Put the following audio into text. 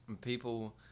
people